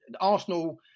Arsenal